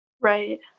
Right